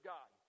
God